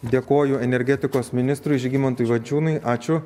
dėkoju energetikos ministrui žygimantui vaičiūnui ačiū